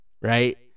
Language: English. right